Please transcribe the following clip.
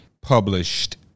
published